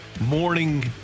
morning